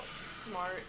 smart